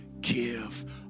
give